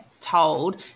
told